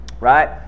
right